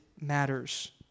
matters